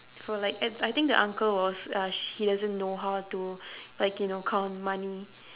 for like I I think the uncle was uh sh~ he doesn't know how to like you know count money